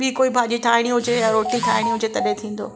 ॿीं कोई भाॼी ठाहिणी हुजे या रोटी ठाहिणी हुजे तॾहिं थींदो